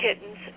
kittens